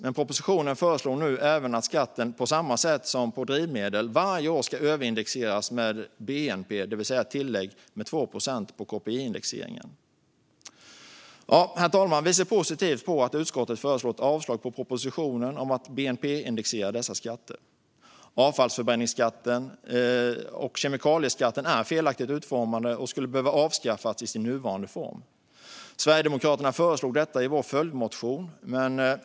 I propositionen föreslås nu även att skatten, på samma sätt som när det gäller drivmedel, varje år ska överindexeras med bnp, det vill säga ett tillägg med 2 procent på KPI-indexeringen. Herr talman! Vi ser positivt på att utskottet föreslår ett avslag på propositionen om att bnp-indexera dessa skatter. Avfallsförbränningsskatten och kemikalieskatten är felaktigt utformade och skulle behöva avskaffas i sin nuvarande form. Sverigedemokraterna föreslog detta i en följdmotion.